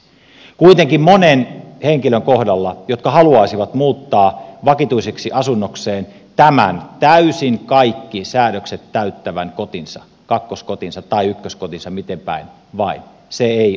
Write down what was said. kuitenkaan monen henkilön kohdalla jotka haluaisivat muuttaa vakituiseksi asunnokseen tämän täysin kaikki säädökset täyttävän kotinsa kakkoskotinsa tai ykköskotinsa miten päin vain se ei ole mahdollista